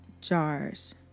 jars